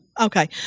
Okay